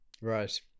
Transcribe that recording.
Right